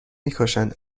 میکشن